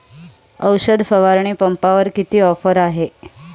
औषध फवारणी पंपावर किती ऑफर आहे?